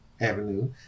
avenue